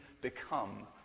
become